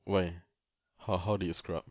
why ho~ how did you screw up